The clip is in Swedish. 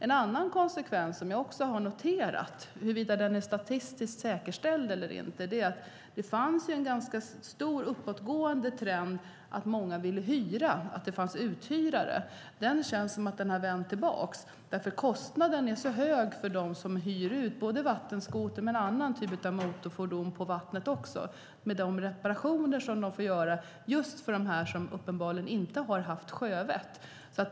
En annan konsekvens som jag också har noterat - huruvida den nu är statistiskt säkerställd eller inte - är att det fanns en ganska stark och uppåtgående trend att många ville hyra av uthyrare. Det känns som om den trenden har vänt därför att kostnaden är så hög för dem som hyr ut både vattenskotrar och andra typer av motorfordon för vatten, med de reparationer de får göra just på grund av dem som uppenbarligen inte har haft sjövett.